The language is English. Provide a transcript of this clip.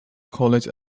college